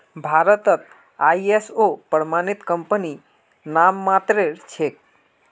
भारतत आई.एस.ओ प्रमाणित कंपनी नाममात्रेर छेक